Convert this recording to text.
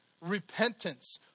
repentance